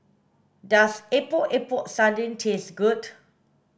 does epok epok sardin taste good